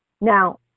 Now